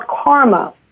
karma